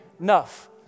enough